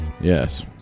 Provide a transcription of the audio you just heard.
Yes